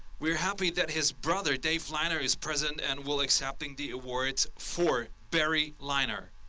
we are happy that his brother, dave leiner is present and will accepting the awards for barry leiner.